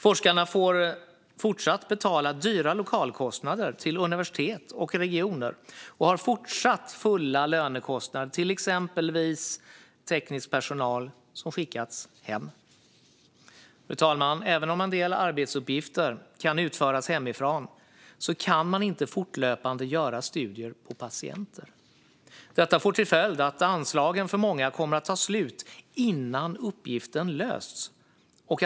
Forskarna får fortsatt betala dyra lokalkostnader till universitet och regioner och har fortsatt fulla lönekostnader till exempelvis teknisk personal som skickats hem. Fru talman! Även om en del arbetsuppgifter kan utföras hemifrån kan man inte fortlöpande göra studier på patienter. Detta får till följd att anslagen för många kommer att ta slut innan uppgiften har lösts.